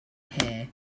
here